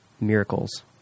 miracles